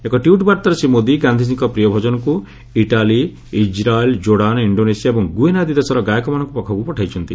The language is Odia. ଏକ ଟ୍ୱିଟ୍ ବାର୍ତ୍ତାରେ ଶ୍ରୀ ମୋଦି ଗାନ୍ଧିଜୀଙ୍କ ପ୍ରିୟ ଭକନକୁ ଇଟାଲୀ ଇଚ୍ରାଏଲ୍ କୋର୍ଡାନ୍ ଇଣ୍ଡୋନେସିଆ ଏବଂ ଗୁଏନା ଆଦି ଦେଶର ଗାୟକମାନଙ୍କ ପାଖକୁ ପଠାଇଛନ୍ତି